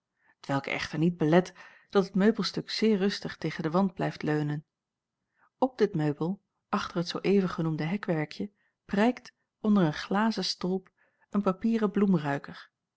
t welk echter niet belet dat het meubelstuk zeer rustig tegen den wand blijft leunen op dit meubel achter het zoo even genoemde hekwerkje prijkt onder een glazen stolp een papieren